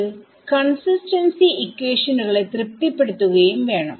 ഇത് കൺസിസ്ടൻസി ഇക്വേഷനുകളെ തൃപ്തിപെടുത്തുകയും വേണം